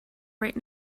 right